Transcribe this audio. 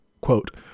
quote